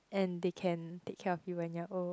and they can take care of you when you're old